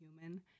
human